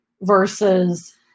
versus